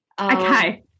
Okay